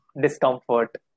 discomfort